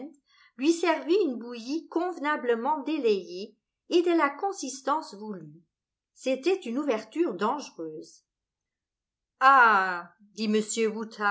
lui servît une bouillie convenablement délayée et de la consistance voulue c'était une ouverture dangereuse ah dit